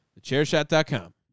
TheChairShot.com